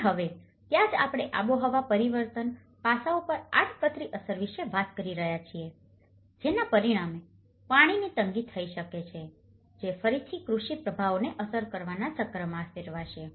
અને હવે ત્યાં જ આપણે આબોહવા પરિવર્તન પાસાઓ પર આડકતરી અસર વિશે વાત કરી રહ્યા છીએ જેના પરિણામે પાણીની તંગી થઈ શકે છે જે ફરીથી કૃષિ પ્રભાવોને અસર કરવાના ચક્રમાં ફેરવાશે